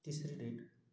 तिसरी डेट